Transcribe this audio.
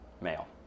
Male